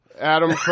Adam